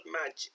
magic